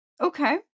Okay